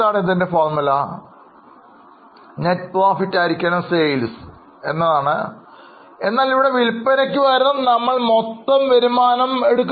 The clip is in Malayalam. ഇതിൻറെ ഫോർമുല നെറ്റ് പ്രോഫിറ്റ് ഹരിക്കണം സെയിൽസ് എന്നാണ് എന്നാൽ ഇവിടെ വിൽപ്പനയ്ക്ക് പകരം നമ്മൾ മൊത്തം വരുമാനം എടുക്കാം